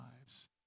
lives